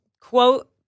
quote